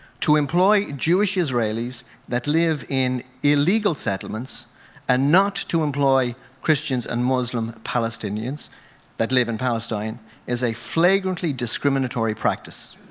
to employ jewish israelis that live in illegal settlements and not to employ christian and muslim palestinians that live in palestine is a flagrantly discriminatory practice.